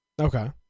Okay